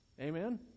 Amen